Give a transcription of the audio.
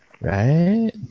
Right